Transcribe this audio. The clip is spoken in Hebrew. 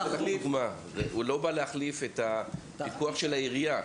הוא לא בא להחליף את הפיקוח של העירייה.